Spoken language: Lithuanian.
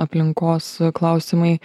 aplinkos klausimai